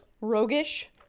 Roguish